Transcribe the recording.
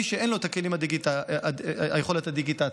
למי שאין את יכולת הדיגיטציה,